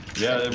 yeah,